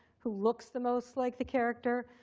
who looks the most like the character.